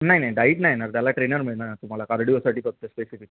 नाही नाही डाईट नाही येणार त्याला ट्रेनर मिळणार तुम्हाला कार्डिओसाठी फक्त स्पेसिफिक